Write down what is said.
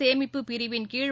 சேமிப்பு பிரிவின் கீழ்